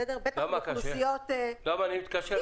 בטח באוכלוסיות --- למה קשה?